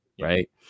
right